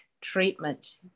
treatment